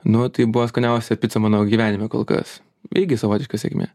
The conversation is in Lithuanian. nu tai buvo skaniausia pica mano gyvenime kol kas irgi savotiška sėkmė